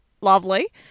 Lovely